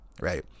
right